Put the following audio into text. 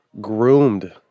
groomed